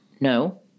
No